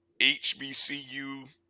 HBCU